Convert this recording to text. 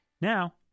Now